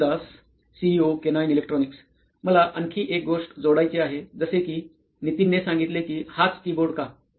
Suprativ Das C T O केनोईन electronics मला आणखी एक गोष्ट जोडायची आहे जसे की नितीनने सांगितले की हाच कीबोर्ड का